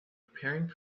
preparing